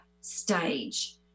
stage